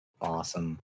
awesome